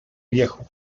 viejo